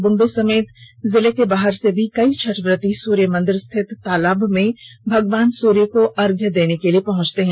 बुंडू समेत जिले के बाहर से भी कई छठब्रती सूर्य मंदिर स्थित तालाब में भगवान सूर्य को अर्घ्य देने के लिए पहुँचते हैं